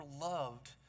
loved